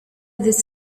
this